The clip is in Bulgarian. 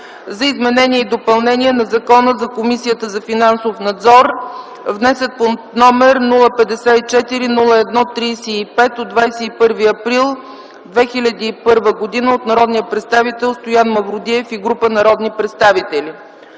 за изменение и допълнение на Закона за Комисията за финансов надзор, внесен под № 054-01-35 от 21 април 2001 г. от народния представител Стоян Мавродиев и група народни представители.